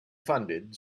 funded